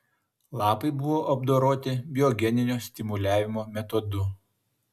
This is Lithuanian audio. lapai buvo apdoroti biogeninio stimuliavimo metodu